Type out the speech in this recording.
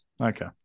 okay